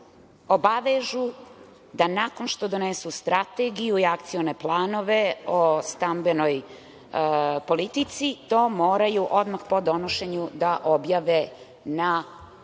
obavežu da nakon što donesu strategiju i akcione planove o stambenoj politici, to moraju odmah po donošenju da objave na svojim